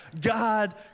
God